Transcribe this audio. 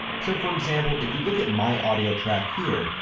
so for example, if you look at my audio track here,